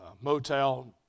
motel